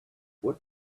what